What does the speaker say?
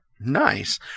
nice